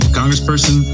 congressperson